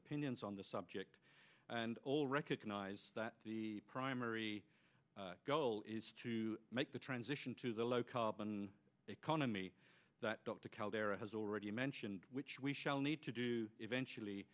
opinions on the subject and all recognize that the primary goal is to make the transition to the low carbon economy that dr kalb era has already mentioned which we shall need to do eventually